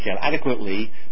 adequately